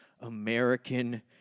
American